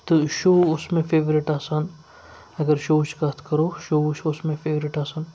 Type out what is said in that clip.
تہٕ شو اوس مےٚ فیورِٹ آسان اگر شووٕچ کَتھ کَرو شو یُس اوس مےٚ فٮ۪ورِٹ آسان